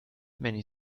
many